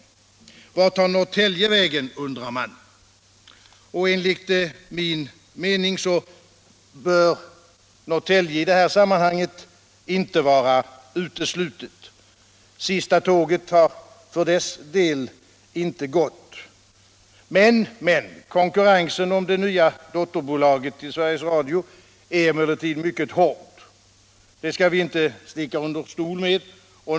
Vart tar Norrtälje vägen, undrar man. Enligt min mening bör Norrtälje i det här sammanhanget inte vara uteslutet. Sista tåget har inte gått för dess del. Men konkurrensen om det nya dotterbolaget till Sveriges Radio är mycket hård, det skall vi inte sticka under stol med.